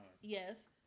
Yes